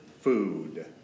food